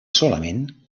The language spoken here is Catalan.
solament